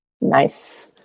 Nice